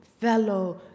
fellow